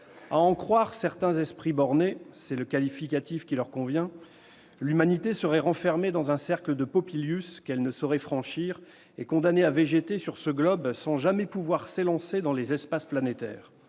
à en croire certains esprits bornés- c'est le qualificatif qui leur convient -, l'humanité serait renfermée dans un cercle de Popilius qu'elle ne saurait franchir, et condamnée à végéter sur ce globe sans jamais pouvoir s'élancer dans les espaces planétaires